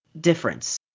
difference